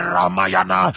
Ramayana